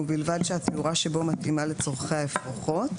ובלבד התאורה שבו מתאימה לצורכי האפרוחות.